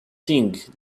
things